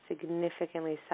significantly